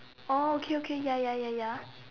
oh okay okay ya ya ya ya